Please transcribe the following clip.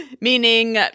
meaning